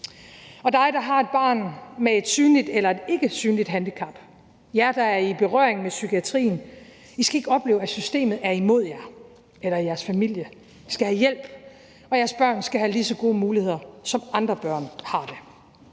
og dig, der har et barn med et synligt eller et ikkesynligt handicap, jer, der er i berøring med psykiatrien, skal ikke opleve, at systemet er imod jer eller jeres familie, I skal have hjælp, og jeres børn skal have lige så gode muligheder, som andre børn har det.